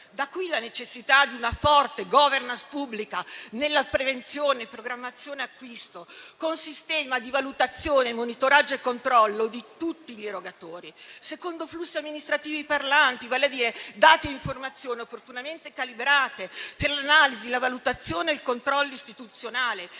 Da qui la necessità di una forte *governance* pubblica nella prevenzione, programmazione e acquisto, con sistema di valutazione, monitoraggio e controllo di tutti gli erogatori secondo flussi amministrativi parlanti, vale a dire dati e informazioni opportunamente calibrati per l'analisi, la valutazione e il controllo istituzionale,